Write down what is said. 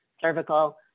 cervical